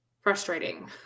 frustrating